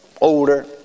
older